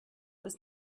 was